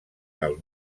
del